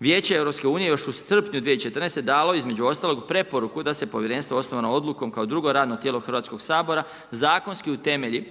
Vijeće EU-a još u srpnju 2014. je dalo između ostalog i preporuku da se povjerenstvo osnovano odlukom kao drugo radno tijelo Hrvatskog sabora, zakonski utemelji